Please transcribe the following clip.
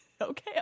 Okay